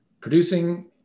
producing